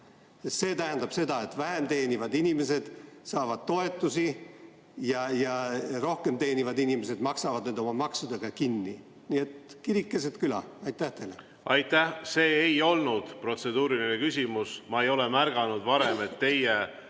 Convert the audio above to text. See tähendab seda, et vähem teenivad inimesed saavad toetusi ja rohkem teenivad inimesed maksavad need oma maksudega kinni. Nii et kirik keset küla. Aitäh! See ei olnud protseduuriline küsimus. Ma ei ole varem märganud, et teil,